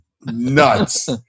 nuts